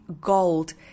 gold